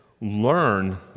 learn